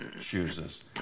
chooses